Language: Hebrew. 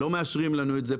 לא מאשרים לנו את זה,